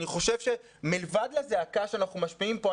אני חושב שמלבד הכעס שאנחנו משמיעים פה,